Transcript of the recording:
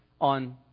on